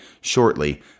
shortly